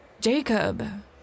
Jacob